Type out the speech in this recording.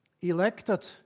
Elected